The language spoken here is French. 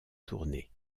tournée